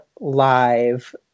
live